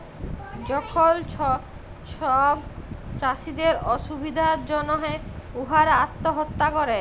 যখল ছব চাষীদের অসুবিধার জ্যনহে উয়ারা আত্যহত্যা ক্যরে